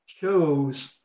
chose